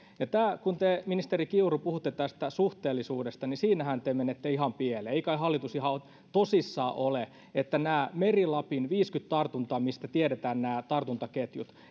kun te ministeri kiuru puhutte tästä suhteellisuudesta niin siinähän te menette ihan pieleen ei kai hallitus ihan tosissaan ole eivät kai nämä meri lapin viisikymmentä tartuntaa mistä tiedetään nämä tartuntaketjut